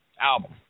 album